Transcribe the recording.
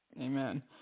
Amen